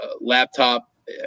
laptop